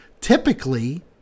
typically